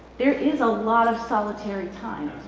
there is a lot of solitary time.